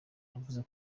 yavuze